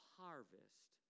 harvest